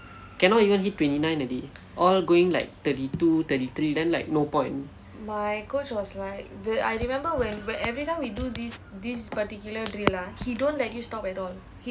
cannot even hit twenty nine day already all going like thirty two thirty three then like no point